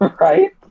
Right